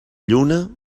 lluna